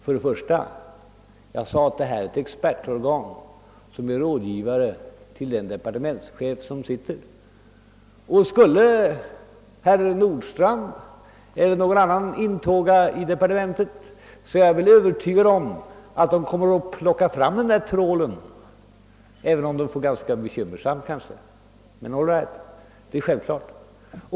För det första sade jag att det rör sig om ett expertorgan, som är den sittande departementschefens rådgivare, och skulle herr Nordstrandh eller någon annan intåga i departementet är jag övertygad om att den där trålen kommer att plockas fram även om det kanske blir ganska bekymmersamt. Men all right, det är självklart.